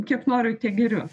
kiek noriu tiek geriu